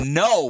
no